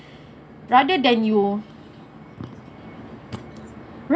rather than you right